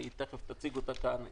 והיא תכף תציג אותה כאן,